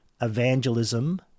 evangelism